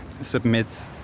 submit